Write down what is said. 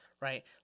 right